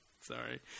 Sorry